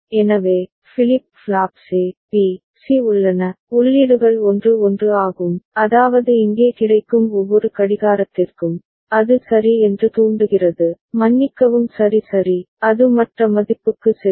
எனவே flip flops A B C உள்ளன உள்ளீடுகள் 1 1 ஆகும் அதாவது இங்கே கிடைக்கும் ஒவ்வொரு கடிகாரத்திற்கும் அது சரி என்று தூண்டுகிறது மன்னிக்கவும் சரி சரி அது மற்ற மதிப்புக்கு செல்லும்